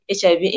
HIV